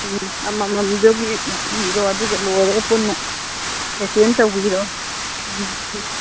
ꯎꯝ ꯑꯃ ꯃꯝꯗꯨꯒꯤ ꯏꯔꯣ ꯑꯗꯨꯒ ꯂꯣꯏꯔꯒ ꯄꯨꯟꯅ ꯇꯣꯇꯦꯜ ꯇꯧꯕꯤꯔꯣ